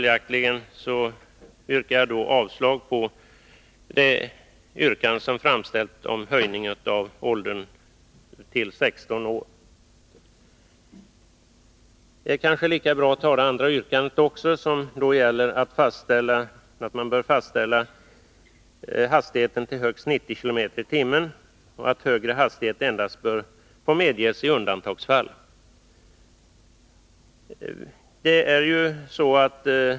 Jag yrkar avslag på yrkandet om höjning av behörighetsåldern för framförande av moped till 16 år. Vidare yrkar vpk att den högsta tillåtna hastigheten bör fastställas till 90 km/tim och att högre hastigheter endast i undantagsfall bör medges.